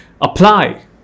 apply